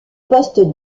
poste